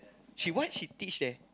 she what she teach there